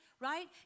right